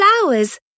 flowers